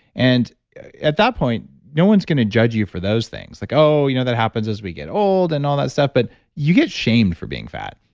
and at that point, no one's going to judge you for those things like, oh, you know that happens as we get old and all that stuff, but you get shamed for being fat,